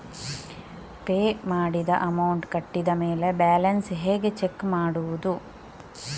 Pay ಮಾಡಿದ amount ಕಟ್ಟಿದ ಮೇಲೆ ಬ್ಯಾಲೆನ್ಸ್ ಹೇಗೆ ಚೆಕ್ ಮಾಡುವುದು?